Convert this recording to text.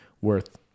worth